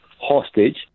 hostage